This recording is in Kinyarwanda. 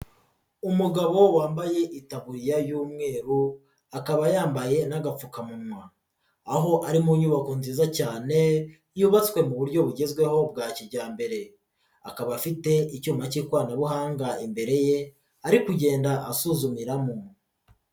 Umugabo wambaye itaburiya y'umweru akaba yambaye n'agapfukamunwa aho ari mu nyubako nziza cyane yubatswe mu buryo bugezweho bwa kijyambere akaba afite icyuma k'ikoranabuhanga imbere ye ari kugenda asuzumiramo.